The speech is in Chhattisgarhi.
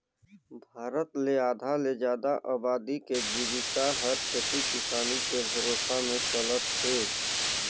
भारत ले आधा ले जादा अबादी के जिविका हर खेती किसानी के भरोसा में चलत हे